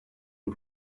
and